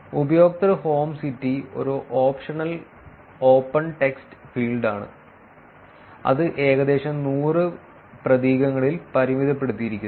ഉപയോക്തൃ home city ഒരു optional open text ഫീൽഡാണ് അത് ഏകദേശം 100 പ്രതീകങ്ങളിൽ പരിമിതപ്പെടുത്തിയിരിക്കുന്നു